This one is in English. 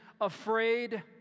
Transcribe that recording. afraid